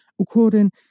according